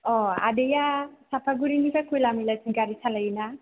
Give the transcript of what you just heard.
आदैया साफागुरिनिफ्राय खइला मैलासिम गारि सालायोना